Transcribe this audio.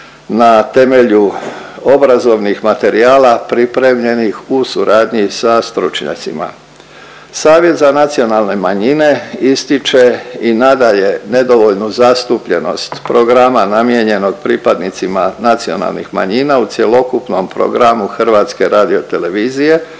na temelju obrazovnih materijala pripremljenih u suradnji sa stručnjacima. Savjet za nacionalne manjine ističe i nadalje nedovoljnu zastupljenost programa namijenjenog pripadnicima nacionalnih manjina u cjelokupnom programu HRT-a te je